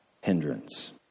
hindrance